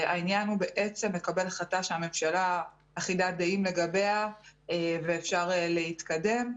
העניין הוא בעצם לקבל להחלטה שהממשלה אחידת דעים לגביה ואפשר להתקדם.